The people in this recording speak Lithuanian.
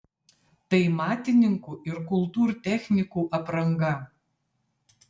tai matininkų ir kultūrtechnikų apranga